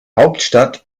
hauptstadt